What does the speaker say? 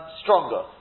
stronger